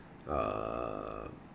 err